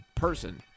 person